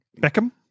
Beckham